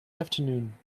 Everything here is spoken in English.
afternoon